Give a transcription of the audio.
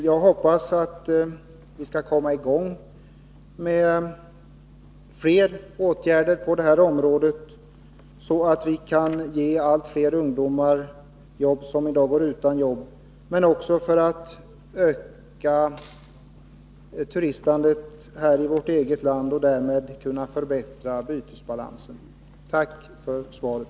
Jag hoppas att vi kan vidta fler åtgärder på detta område för att bereda allt fler Meddelande om arbetslösa ungdomar arbete, och också för att öka turistandet i vårt eget land interpellationssvar och därmed förbättra bytesbalansen. Tack för svaret!